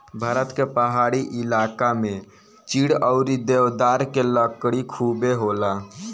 भारत के पहाड़ी इलाका में चीड़ अउरी देवदार के लकड़ी खुबे होला